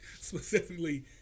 Specifically